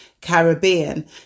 Caribbean